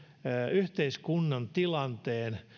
yhteiskunnan tilanteen